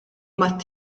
mat